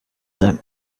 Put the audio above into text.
then